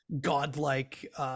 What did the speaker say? godlike